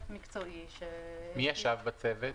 מי ישב בצוות?